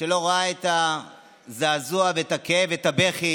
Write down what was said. שלא ראה את הזעזוע, את הכאב ואת הבכי